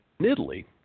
Italy